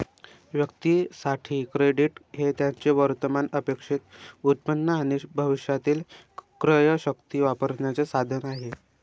व्यक्तीं साठी, क्रेडिट हे त्यांचे वर्तमान अपेक्षित उत्पन्न आणि भविष्यातील क्रयशक्ती वापरण्याचे साधन आहे